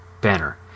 Banner